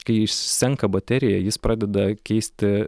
kai išsenka baterija jis pradeda keisti